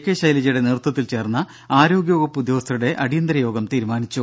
K ശൈലജയുടെ നേതൃത്വത്തിൽ ചേർന്ന ആരോഗ്യ വകുപ്പ് ഉദ്യോഗസ്ഥരുടെ അടിയന്തര യോഗം തീരുമാനിച്ചു